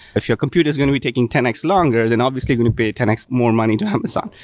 if your compute is going to be taking ten x longer, then obviously you're going to pay ten x more money to have this on.